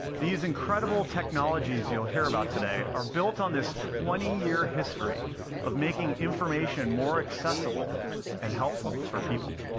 these incredible technologies you'll hear about today are built on this twenty year history of making information more accessible and helpful for people.